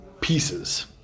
pieces